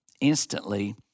instantly